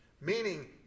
Meaning